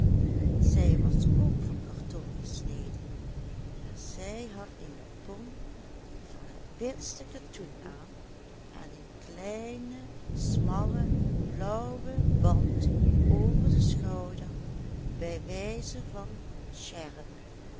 zij was ook van karton gesneden maar zij had een japon van het witste katoen aan en een kleinen smallen blauwen band over den schouder bij wijze van sjerp